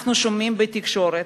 אנחנו שומעים בתקשורת,